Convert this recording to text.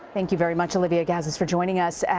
thank you very much, olivia gazis, for joining us.